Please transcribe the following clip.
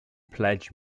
pledge